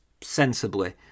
sensibly